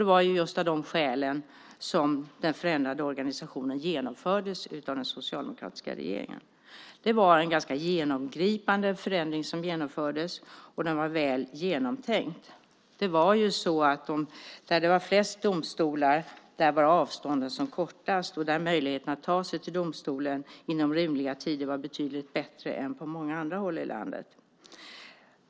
Det var just av de skälen som den förändrade organisationen genomfördes av den socialdemokratiska regeringen. Det var en ganska genomgripande förändring som genomfördes, och den var väl genomtänkt. Där det var flest domstolar var avstånden som kortast, och där var möjligheten att ta till sig domstolen inom rimliga tider betydligt bättre än på många andra håll i landet.